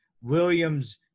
williams